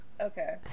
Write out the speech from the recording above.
okay